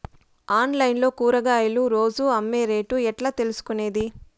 Online లో కూరగాయలు రోజు అమ్మే రేటు ఎట్లా తెలుసుకొనేది?